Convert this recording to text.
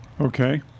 Okay